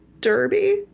derby